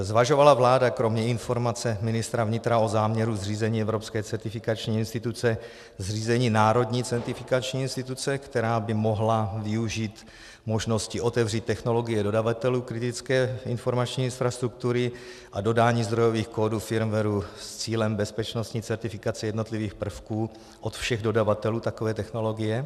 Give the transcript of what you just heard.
Zvažovala vláda kromě informace ministra vnitra o záměru zřízení evropské certifikační instituce zřízení národní certifikační instituce, která by mohla využít možnosti otevřít technologie dodavatelů kritické informační infrastruktury a dodání zdrojových kódů firmwaru s cílem bezpečnostní certifikace jednotlivých prvků od všech dodavatelů takové technologie?